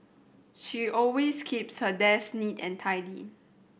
she always keeps her desk neat and tidy